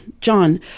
John